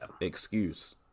excuse